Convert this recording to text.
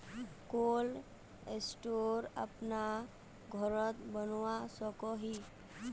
Cold store अपना घोरोत बनवा सकोहो ही?